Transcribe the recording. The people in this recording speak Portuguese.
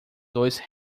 dois